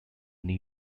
new